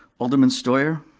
alderman steuer,